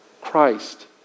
Christ